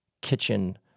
kitchen